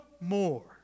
more